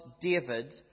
David